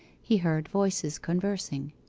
he heard voices conversing.